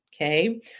Okay